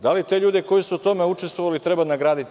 Da li te ljude koji su u tome učestvovali treba nagraditi?